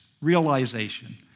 realization